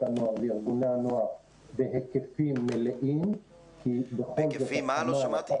הנוער וארגוני הנוער בהיקפים מלאים כי יש את